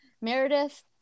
Meredith